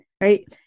right